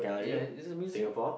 ya is is a museum